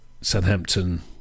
Southampton